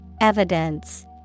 Evidence